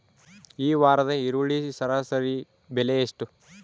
ಈ ವಾರದ ಈರುಳ್ಳಿ ಸರಾಸರಿ ಬೆಲೆ ಎಷ್ಟು?